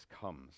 comes